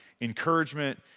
encouragement